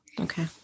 Okay